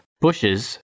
bushes